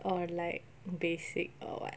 or like basic or what